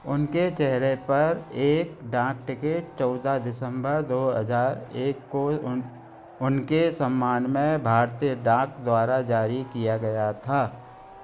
उनके चेहरे पर एक डाक टिकट चौदह दिसंबर दो हज़ार एक को उनके सम्मान में भारतीय डाक द्वारा जारी किया गया था